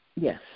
Yes